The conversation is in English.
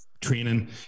training